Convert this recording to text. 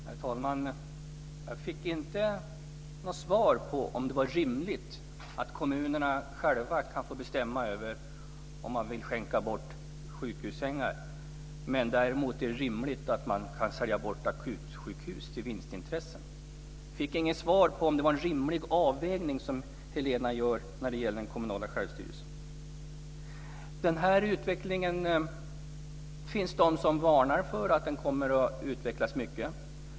Herr talman! Jag fick inget svar på om det är rimligt att kommunerna själva kan få bestämma över om man vill skänka bort sjukhussängar när det är rimligt att man kan sälja akutsjukhus till vinstintressen. Jag fick inget svar på om det är en rimlig avvägning som Helena gör när det gäller den kommunala självstyrelsen. Den här utvecklingen finns det de som varnar för. Vissa säger att det här kommer att utvecklas mycket.